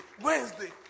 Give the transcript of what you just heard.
Wednesday